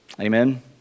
Amen